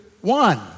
One